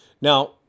Now